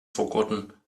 forgotten